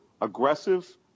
aggressive